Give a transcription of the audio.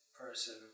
person